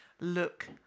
look